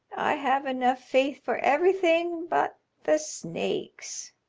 i have enough faith for everything but the snakes.